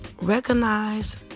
recognize